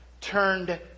turned